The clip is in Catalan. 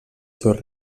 seus